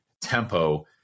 tempo